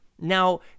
Now